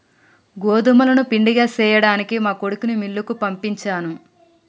గోదుములను పిండిగా సేయ్యడానికి మా కొడుకుని మిల్లుకి పంపించాను